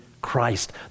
Christ